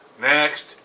next